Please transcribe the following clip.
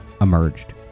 emerged